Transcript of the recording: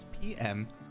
PM